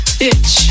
bitch